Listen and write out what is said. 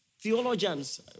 theologians